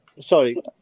Sorry